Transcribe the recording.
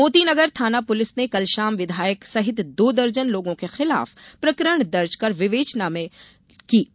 मोती नगर थाना पुलिस ने कल शाम विधायक सहित दो दर्जन लोगों के खिलाफ प्रकरण दर्ज कर विवेचना में लिया है